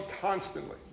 constantly